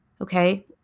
okay